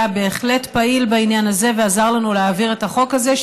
היה בהחלט פעיל בעניין הזה ועזר לנו להעביר את החוק הזה.